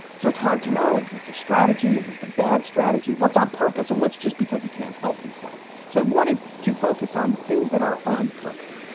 so it's hard to know. is this a strategy? is this a bad strategy? what's on purpose and what's just because he can't help himself? so i wanted to focus on the things that are on purpose,